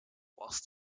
whilst